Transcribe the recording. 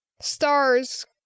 stars